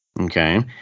Okay